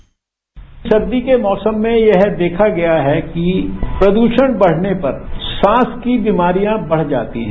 bite सर्दी के मौसम में यह देखा गया है कि प्रदूषण बढ़ने पर सांस की बीमारियां बढ़ जाती हैं